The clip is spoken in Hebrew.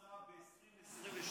הם העלו את תקרת ההוצאה ב-2022